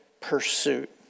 pursuit